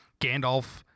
Gandalf